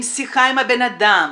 עם שיחה עם הבן אדם,